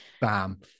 bam